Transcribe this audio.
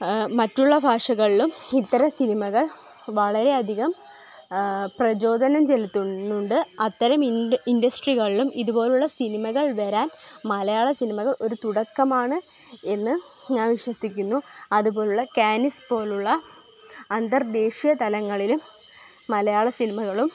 മറ്റുള്ള ഭാഷകളിലും ഇത്തരം സിനിമകൾ വളരെ അധികം പ്രചോദനം ചെലുത്തുന്നുണ്ട് അത്തരം ഇൻ ഇൻഡസ്ട്രികളിലും ഇതുപോലെ ഉള്ള സിനിമകൾ വരാൻ മലയാള സിനിമകൾ ഒരു തുടക്കമാണ് എന്ന് ഞാൻ വിശ്വസിക്കുന്നു അതുപോലുള്ള കാനിസ് പോലുള്ള അന്തർദേശിയ തലങ്ങളിലും മലയാള സിനിമകളും